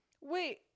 Wait